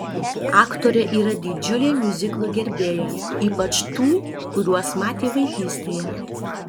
aktorė yra didžiulė miuziklų gerbėja ypač tų kuriuos matė vaikystėje